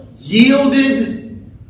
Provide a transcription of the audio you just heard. yielded